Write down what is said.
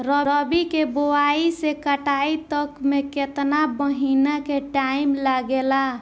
रबी के बोआइ से कटाई तक मे केतना महिना के टाइम लागेला?